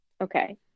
Okay